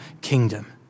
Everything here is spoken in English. kingdom